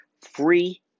free